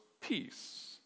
Peace